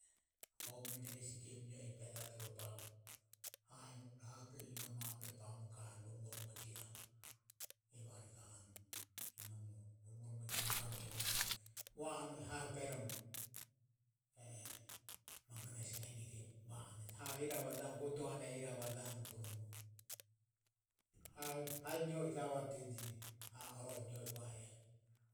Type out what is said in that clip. . Oe muene hesi gem nio i bejadoho ro bamo hae hine aho o behe inome aho o behe bamom ga anue aho behe romo romo ro jio iramu evare ga anue romo romo jio iramu gave i evare ua anu ha ho magona hesi raini re va onejo haho godo hane ro era Vajahomo hai nio javadeje ha o ro nio i va adeje